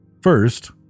First